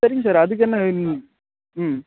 சரிங்க சார் அதுக்கென்ன இன்னும் ம்